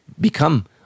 become